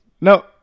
no